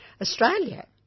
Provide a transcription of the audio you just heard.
Australia